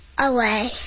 away